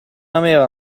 aveva